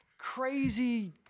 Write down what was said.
crazy